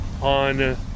on